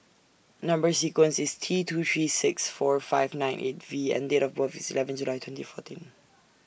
Number sequence IS T two three six four five nine eight V and Date of birth IS eleventh July twenty fourteen